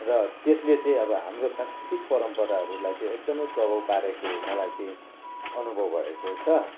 र त्यसले चाहिँ अब हाम्रो सांस्कृतिक परम्पराहरूलाई चाहिँ एकदमै प्रभाव पारेको मलाई चाहिँ अनुभव भएको छ